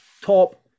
top